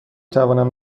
توانم